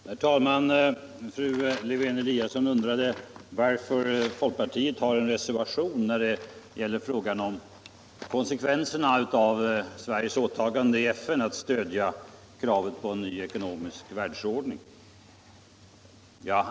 Herr talman! Fru Lewén-Eliasson undrade varför folkpartiet har en reservation när det gäller konsekvenserna av Sveriges åtagande i FN att stödja kravet på en ny ekonomisk världsordning.